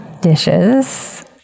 dishes